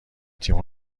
تیم